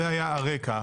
זה היה הרקע,